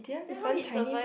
then how he survive